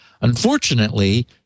unfortunately